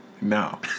No